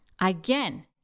Again